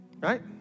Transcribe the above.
right